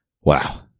Wow